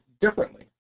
differently